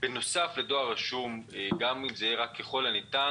בנוסף לדואר רשום, גם אם זה יהיה רק "ככל הניתן"